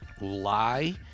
lie